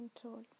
control